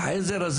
עזר,